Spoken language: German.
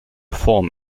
form